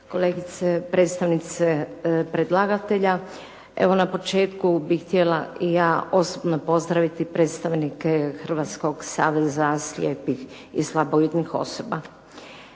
kolegice predstavnice predlagatelja. Evo, na početku bih htjela i ja osobno pozdraviti predstavnike Hrvatskog saveza slijepih i slabovidnih osoba.